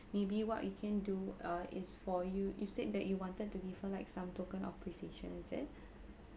maybe what you can do uh is for you you said that you wanted to give her like some token of appreciation is it